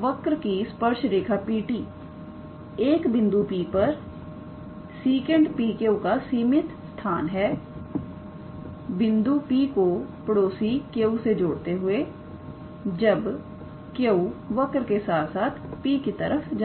work की स्पर्श रेखा PT एक बिंदु P पर सीकैंट PQ का सीमित स्थान है बिंदु P को पड़ोसी Q से जोड़ते हुए जब Q वर्क के साथ साथ P की तरफ जाता है